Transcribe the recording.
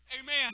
Amen